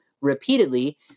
repeatedly